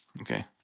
Okay